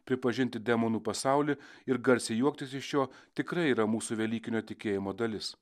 pripažinti demonų pasaulį ir garsiai juoktis iš jo tikrai yra mūsų velykinio tikėjimo dalis